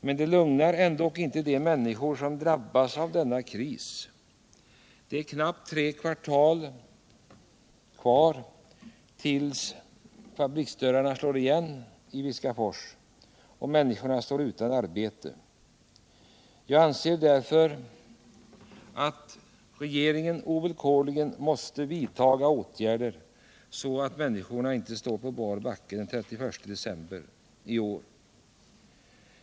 Men det lugnar ändå inte de människor som drabbas av denna kris. Det är knappt tre kvartal kvar tills fabriksdörrarna slår igen i Viskafors, och människorna står utan arbete. Jag anser därför att regeringen ovillkorligen måste vidta åtgärder så att människorna inte står på bar backe den 31 december 1978.